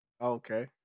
Okay